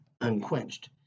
unquenched